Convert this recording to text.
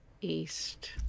east